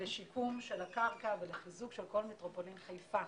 לשיקום של הקרקע ולחיזוק של כל מטרופולין חיפה.